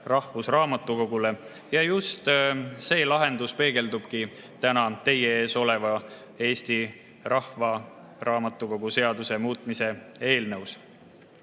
Rahvusraamatukogule. Just see lahendus peegeldubki täna teie ees oleva Eesti [Rahvus]raamatukogu seaduse muutmise [seaduse]